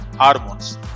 hormones